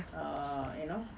uh you know